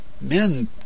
men